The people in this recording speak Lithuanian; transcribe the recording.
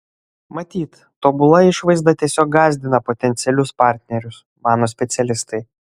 matyt tobula išvaizda tiesiog gąsdina potencialius partnerius mano specialistai